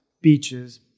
beaches